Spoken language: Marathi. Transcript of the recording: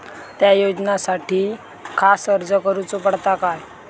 त्या योजनासाठी खास अर्ज करूचो पडता काय?